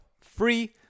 free